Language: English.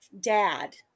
dad